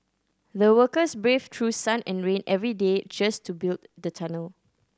the workers braved through sun and rain every day just to build the tunnel